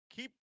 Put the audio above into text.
Keep